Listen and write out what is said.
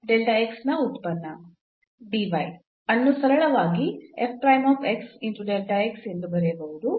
dy ಅನ್ನು ಸರಳವಾಗಿ ಎಂದು ಬರೆಯಬಹುದು